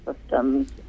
systems